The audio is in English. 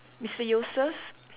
Mister Yusoff